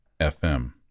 FM